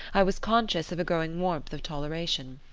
i was conscious of a growing warmth of toleration.